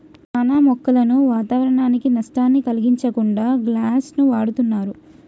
చానా మొక్కలను వాతావరనానికి నష్టాన్ని కలిగించకుండా గ్లాస్ను వాడుతున్నరు